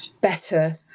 better